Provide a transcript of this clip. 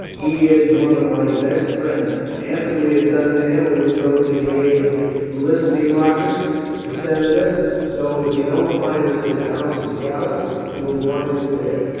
he is one of my best friends. after we are done there we will go to the aid of lysimachus the senator so, if you don't find us at the house of gallus, you will find us there.